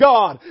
God